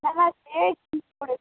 হ্যাঁ হ্যাঁ সে